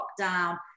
lockdown